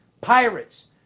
Pirates